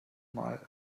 mal